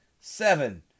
seven